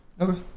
Okay